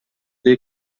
dir